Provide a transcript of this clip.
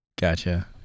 Gotcha